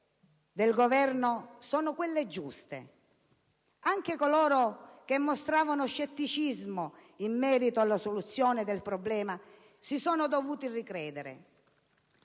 del Governo sono quelle giuste. Anche coloro che mostravano scetticismo in merito alla soluzione del problema si sono dovuti ricredere.